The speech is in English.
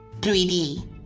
3D